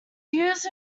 used